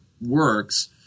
works